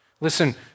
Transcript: Listen